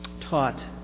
taught